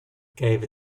gave